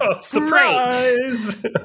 Surprise